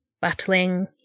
Battling